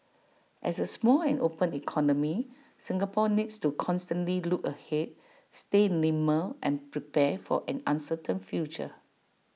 as A small and open economy Singapore needs to constantly look ahead stay nimble and prepare for an uncertain future